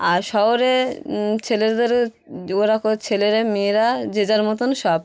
আর শহরে ছেলেদেরও ছেলেরা মেয়েরা যে যার মতন সব